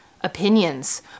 opinions